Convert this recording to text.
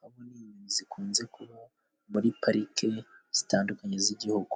hamwe n'inyoni zikunze kuba muri parike zitandukanye z'igihugu.